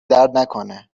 دردنکنه